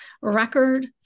record